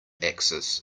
axis